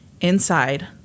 Inside